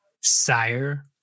sire